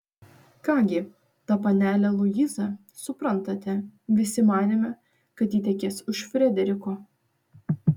ką gi ta panelė luiza suprantate visi manėme kad ji tekės už frederiko